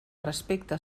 respecte